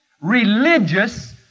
Religious